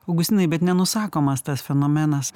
augustinai bet nenusakomas tas fenomenas